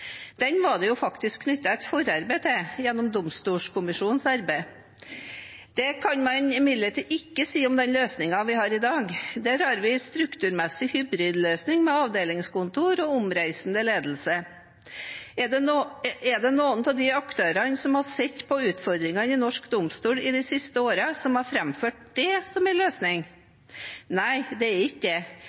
Den var det faktisk knyttet et forarbeid til gjennom Domstolkommisjonens arbeid. Det kan man imidlertid ikke si om den løsningen vi har i dag. Der har vi en strukturmessig hybridløsning, med avdelingskontor og omreisende ledelse. Er det noen av de aktørene som det siste året har sett på utfordringene i norsk domstol, som har framført det som løsning? Nei, det er ikke